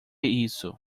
isso